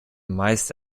meist